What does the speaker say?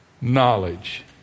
knowledge